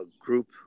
group